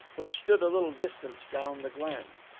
which stood a little distance down the glen.